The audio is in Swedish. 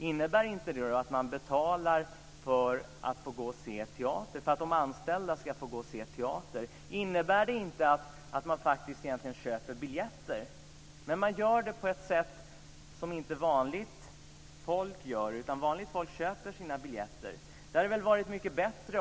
Innebär inte det att de betalar för att få gå och se teater och för att de anställda ska få gå och se teater? Innebär det inte att de faktiskt egentligen köper biljetter? Men de gör det på ett sätt som inte vanliga människor gör. Vanliga människor köper sina biljetter.